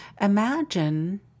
imagine